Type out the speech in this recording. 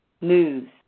news